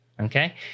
Okay